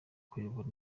kuyobora